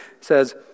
says